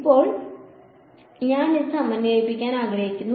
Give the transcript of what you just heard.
ഇപ്പോൾ ഞാൻ ഇത് സമന്വയിപ്പിക്കാൻ ആഗ്രഹിക്കുന്നു